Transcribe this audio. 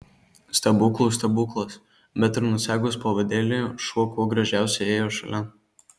stebuklų stebuklas bet ir nusegus pavadėlį šuo kuo gražiausiai ėjo šalia